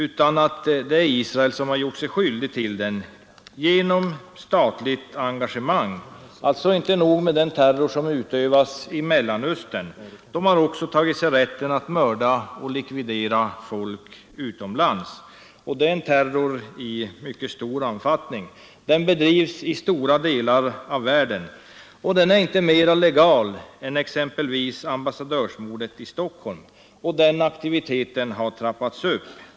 Det är Israel som gjort sig skyldigt till den genom statligt engagemang. Det är alltså inte nog med den terror som utövas i Mellanöstern. Man har också tagit sig rätten att mörda och likvidera folk utomlands. Det är en terror i mycket stor omfattning. Den bedrivs i stora delar av världen. Den är inte mera legal än exempelvis ambassadörsmordet i Stockholm. Denna aktivitet har trappats upp.